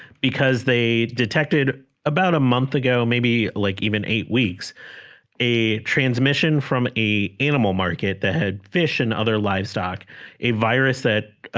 because they detected about a month ago maybe like even eight weeks a transmission from a animal market that had fish and other livestock a virus that